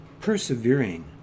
persevering